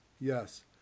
Yes